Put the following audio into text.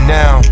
now